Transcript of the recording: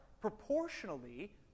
proportionally